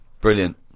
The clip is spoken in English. Brilliant